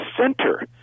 center